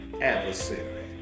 adversary